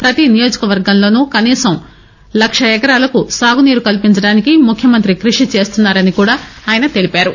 ప్రతీ నియోజకవర్గంలోనూ కనీసం లక్ష ఎకరాలకు సాగునీరు కల్పించేందుకు ముఖ్యమంతి కృషి చేస్తున్నారని కూడా ఆయన తెలిపారు